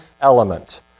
element